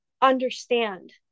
understand